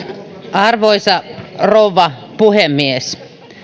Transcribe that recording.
arvoisa rouva puhemies